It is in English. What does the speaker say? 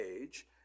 age